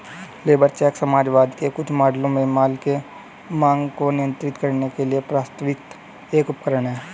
labour check समाजवाद के कुछ मॉडलों में माल की मांग को नियंत्रित करने के लिए प्रस्तावित एक उपकरण है